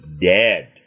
dead